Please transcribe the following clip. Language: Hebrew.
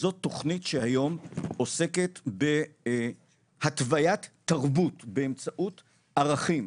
זאת תוכנית שהיום עוסקת בהתוויית תרבות באמצעות ערכים,